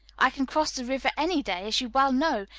i can cross the river any day, as you well know,